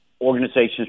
organizations